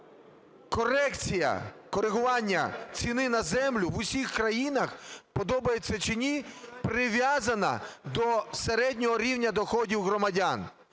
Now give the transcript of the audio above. корекція, корегування ціни на землю в усіх країнах, подобається чи ні, прив'язана до середнього рівня доходів громадян.